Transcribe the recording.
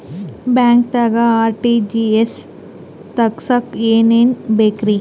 ಬ್ಯಾಂಕ್ದಾಗ ಆರ್.ಟಿ.ಜಿ.ಎಸ್ ತಗ್ಸಾಕ್ ಏನೇನ್ ಬೇಕ್ರಿ?